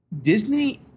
Disney